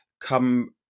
come